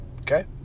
okay